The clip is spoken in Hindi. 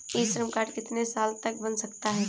ई श्रम कार्ड कितने साल तक बन सकता है?